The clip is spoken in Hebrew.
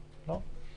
לא.